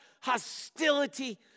hostility